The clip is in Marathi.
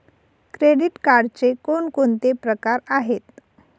क्रेडिट कार्डचे कोणकोणते प्रकार आहेत?